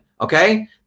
okay